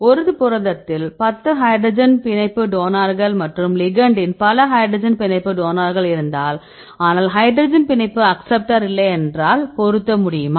ஒரு புரதத்தில் 10 ஹைட்ரஜன் பிணைப்பு டோனார்கள் மற்றும் லிகெண்ட்டில் பல ஹைட்ரஜன் பிணைப்பு டோனார்கள் இருந்தால் ஆனால் ஹைட்ரஜன் பிணைப்பு அக்சப்ட்டார் இல்லை என்றால் பொருத்த முடியுமா